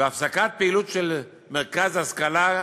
והפסקת פעילות של מרכז השכלה,